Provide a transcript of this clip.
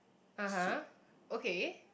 (aha) okay